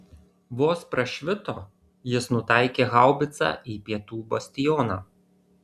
vos prašvito jis nutaikė haubicą į pietų bastioną